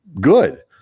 good